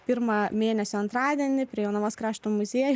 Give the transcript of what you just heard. pirmą mėnesio antradienį prie jonavos krašto muziejuj